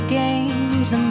games